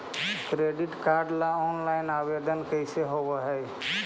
Credit card ल online आवेदन कैसे होब है?